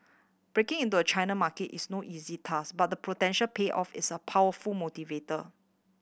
breaking into a China market is no easy task but the potential payoff is a powerful motivator